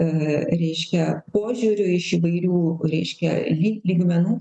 reiškia požiūrių iš įvairių reiškia lyg lygmenų